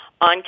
on